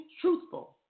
truthful